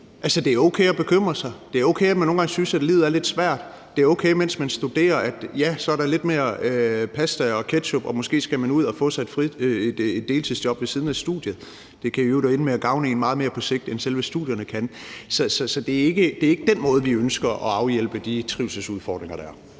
det er okay at bekymre sig. Det er okay, at man nogle gange synes, at livet er lidt svært. Det er okay, at der er lidt mere pasta og ketchup, mens man studerer, og måske skal man ud og få sig et deltidsjob ved siden af studiet. Det kan i øvrigt ende med at gavne en meget mere på sigt, end selve studierne kan. Så det er ikke den måde, vi ønsker at afhjælpe de trivselsudfordringer, der er,